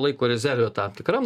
laiko rezerve tam tikram